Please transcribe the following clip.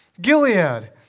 Gilead